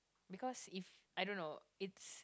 because if I don't know it's